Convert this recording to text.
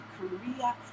korea